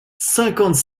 cinquante